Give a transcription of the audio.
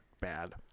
bad